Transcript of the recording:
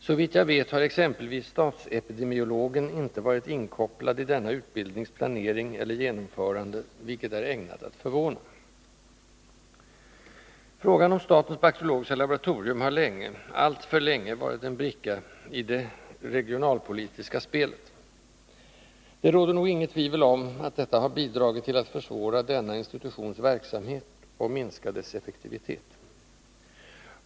Såvitt jag vet har exempelvis statsepidemiologen inte varit inkopplad i denna utbildnings planering eller genomförande, vilket är ägnat att förvåna. Frågan om statens bakteriologiska laboratorium har länge, alltför länge, varit en bricka i det regionalpolitiska spelet. Det råder nog inget tvivel om att detta bidragit till att försvåra denna institutions verksamhet och minska dess effektivitet.